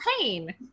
pain